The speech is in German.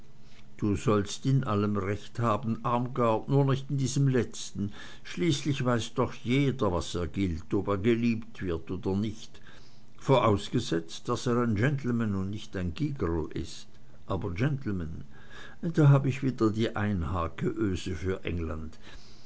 du sollst in allem recht haben armgard nur nicht in diesem letzten schließlich weiß doch jeder was er gilt ob er geliebt wird oder nicht vorausgesetzt daß er ein gentleman und nicht ein gigerl ist aber gentleman da hab ich wieder die einhake öse für england